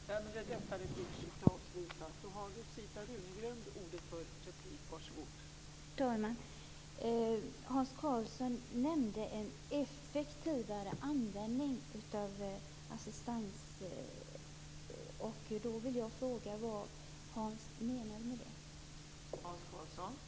Fru talman! Hans Karlsson nämnde en effektivare användning av assistans. Jag vill fråga vad Hans menade med det.